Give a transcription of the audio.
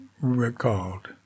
recalled